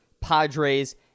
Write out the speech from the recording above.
Padres